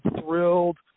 thrilled